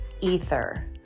Ether